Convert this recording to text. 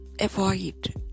avoid